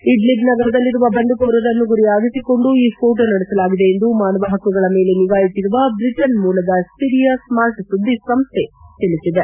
Idlib ನಗರದಲ್ಲಿರುವ ಬಂಡುಕೋರರನ್ನು ಗುರಿಯಾಗಿಸಿಕೊಂಡು ಈ ಸ್ಪೋಟ ನಡೆಸಲಾಗಿದೆ ಎಂದು ಮಾನವ ಪಕ್ಕುಗಳ ಮೇಲೆ ನಿಗಾ ಇಟ್ಟರುವ ಬಿಟನ್ ಮೂಲದ ಸಿರಿಯಾ ಸ್ಮಾರ್ಟ್ ಸುದ್ವಿ ಸಂಸ್ವೆ ತಿಳಿಸಿದೆ